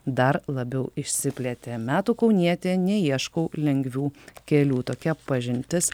dar labiau išsiplėtė metų kaunietė neieškau lengvių kelių tokia pažintis